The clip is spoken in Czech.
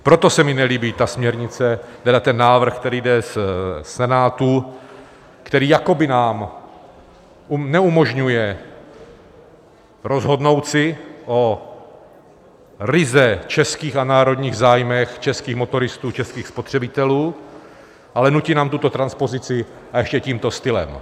Proto se mi nelíbí ten návrh, který jde ze Senátu, který jakoby nám neumožňuje rozhodnout si o ryze českých a národních zájmech českých motoristů, českých spotřebitelů, ale nutí nám tuto transpozici, a ještě tímto stylem.